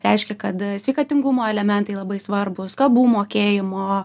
reiškia kad sveikatingumo elementai labai svarbūs kalbų mokėjimo